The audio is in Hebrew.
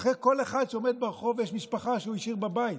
מאחורי כל אחד שעומד ברחוב יש משפחה שהוא השאיר בבית.